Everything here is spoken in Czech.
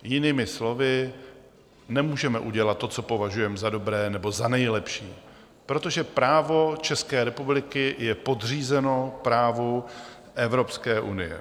Jinými slovy: Nemůžeme udělat to, co považujeme za dobré nebo za nejlepší, protože právo České republiky je podřízeno právu Evropské unie.